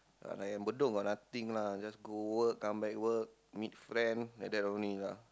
like at Bedok got nothing lah just go work come back work meet friend like that only lah